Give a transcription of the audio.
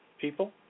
people